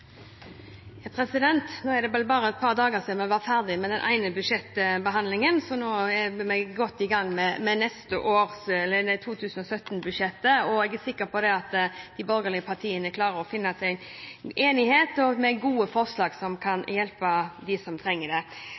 Nå er det vel bare et par dager siden vi var ferdig med den ene budsjettbehandlingen, så nå er vi godt i gang med 2017-budsjettet. Jeg er sikker på at de borgerlige partiene klarer å finne fram til enighet og gode forslag som kan hjelpe dem som trenger det.